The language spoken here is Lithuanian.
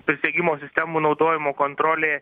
prisegimo sistemų naudojimo kontrolė